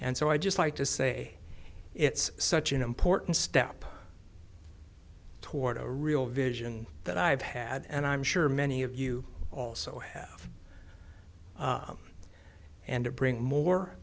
and so i just like to say it's such an important step toward a real vision that i've had and i'm sure many of you also have and to bring more